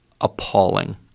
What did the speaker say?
appalling